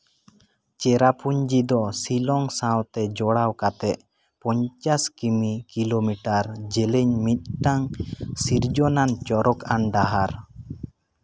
ᱪᱮᱨᱟᱯᱩᱧᱡᱤ ᱫᱚ ᱥᱤᱞᱚᱝ ᱥᱟᱶᱛᱮ ᱡᱚᱲᱟᱣ ᱠᱟᱛᱮ ᱯᱚᱧᱪᱟᱥ ᱠᱤᱢᱤ ᱠᱤᱞᱳᱢᱤᱴᱟᱨ ᱡᱮᱞᱮᱧ ᱢᱤᱫᱴᱟᱱ ᱥᱤᱨᱡᱚᱱᱼᱟᱱ ᱪᱚᱨᱚᱠ ᱟᱱ ᱰᱟᱦᱟᱨ